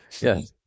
Yes